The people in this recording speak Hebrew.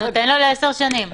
הוא נותן לו ל-10 שנים.